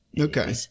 Okay